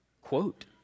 quote